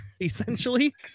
essentially